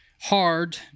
hard